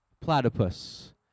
platypus